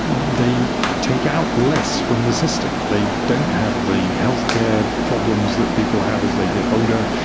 they take out less from the system, they don't have the healthcare problems that people have as they get older,